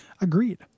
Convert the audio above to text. Agreed